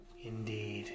indeed